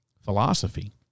philosophy